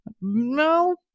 no